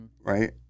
Right